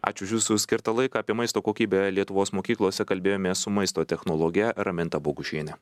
ačiū už jūsų skirtą laiką apie maisto kokybę lietuvos mokyklose kalbėjomės su maisto technologe raminta bogušiene